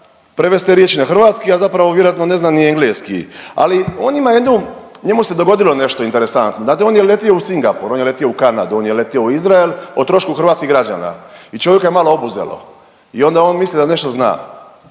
prevest te riječi na hrvatski, a zapravo vjerojatno ne zna ni engleski ali on ima jednu, njemu se dogodilo nešto interesantno. Znate on je letio u Singapur, on je letio u Kanadu, on je letio u Izrael o trošku hrvatskih građana i čovjeka je malo obuzelo i onda je on mislio da nešto zna.